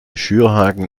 schürhaken